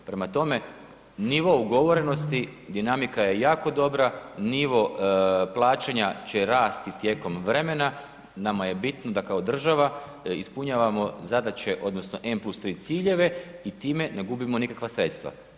Prema tome, nivo ugovorenosti, dinamika je jako dobra, nivo plaćanja će rasti tijekom vremena, nama je bitno da kao država ispunjavamo zadaće odnosno n+3 ciljeve i time ne gubimo nikakva sredstava.